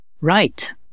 right